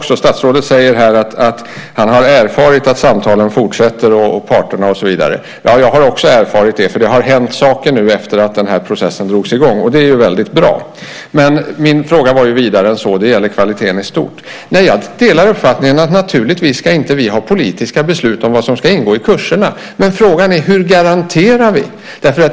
Statsrådet säger här att han har erfarit att samtalen fortsätter och så vidare. Jag har också erfarit det. Det har hänt saker efter att den här processen drogs i gång, och det är väldigt bra. Men min fråga var vidare än så. Den gäller kvaliteten i stort. Jag delar uppfattningen att vi inte ska ha politiska beslut om vad som ska ingå i kurserna, men frågan är: Hur garanterar vi detta?